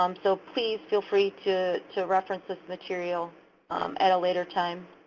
um so please feel free to to reference this material at a later time.